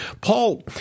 Paul